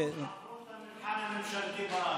שעברו את המבחן הממשלתי בארץ.